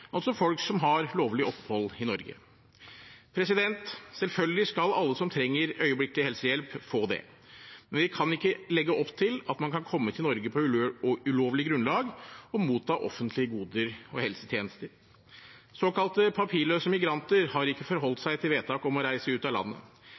altså folk som har lovlig opphold i Norge. Selvfølgelig skal alle som trenger øyeblikkelig helsehjelp, få det, men vi kan ikke legge opp til at man kan komme til Norge på ulovlig grunnlag og motta offentlige goder og helsetjenester. Såkalt papirløse migranter har ikke forholdt